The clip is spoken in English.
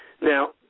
Now